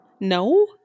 no